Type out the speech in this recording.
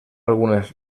algunes